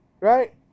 Right